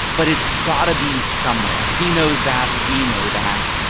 but it's gotta be somewhere. he knows that. we know that.